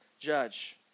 judge